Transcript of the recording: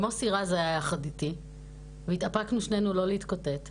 ומוסי רז היה יחד איתי והתאפקנו שנינו לא להתקוטט,